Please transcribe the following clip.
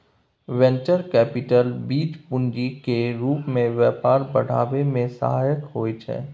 venture capital बीज पूंजी केर रूप मे व्यापार बढ़ाबै मे सहायक होइ छै